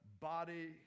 body